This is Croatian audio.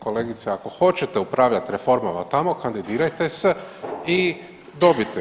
Kolegice ako hoćete upravljat reformama tamo kandidirajte se i dobite.